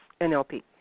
NLP